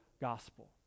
gospel